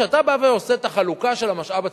כשאתה בא ועושה את החלוקה של המשאב הציבורי,